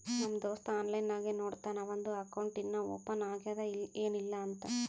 ನಮ್ ದೋಸ್ತ ಆನ್ಲೈನ್ ನಾಗೆ ನೋಡ್ತಾನ್ ಅವಂದು ಅಕೌಂಟ್ ಇನ್ನಾ ಓಪನ್ ಆಗ್ಯಾದ್ ಏನಿಲ್ಲಾ ಅಂತ್